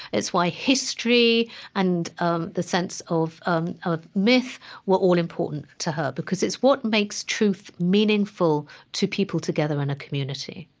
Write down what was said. it's why history and um the sense of um a myth were all important to her because it's what makes truth meaningful to people together in a community.